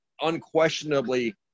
unquestionably